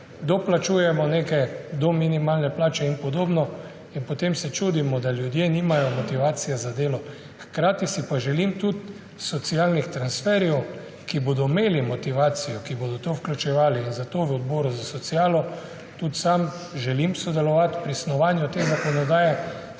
Doplačujemo nekaj do minimalne plače in podobno in potem se čudimo, da ljudje nimajo motivacije za delo. Hkrati si pa želim tudi socialnih transferjev, ki bodo imeli motivacijo, ki bodo to vključevali. Zato v odboru za socialo tudi sam želim sodelovati pri snovanju te zakonodaje,